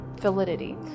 validity